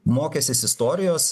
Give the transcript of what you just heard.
mokęsis istorijos